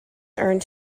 earned